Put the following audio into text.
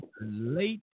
late